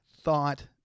thought